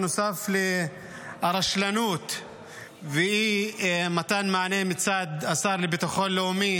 נוסף לרשלנות ואי-מתן מענה מצד השר לביטחון לאומי